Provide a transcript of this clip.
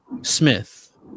smith